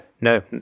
no